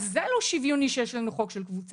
אז זה לא שוויוני שיש לנו חוק של קבוצה.